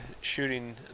shooting